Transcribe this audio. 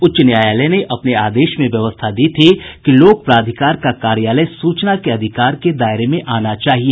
उच्च न्यायालय ने अपने आदेश में व्यवस्था दी थी कि लोक प्राधिकार का कार्यालय सूचना के अधिकार के दायरे में आना चाहिए